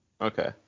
Okay